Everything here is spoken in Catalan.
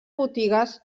botigues